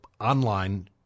online